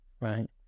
Right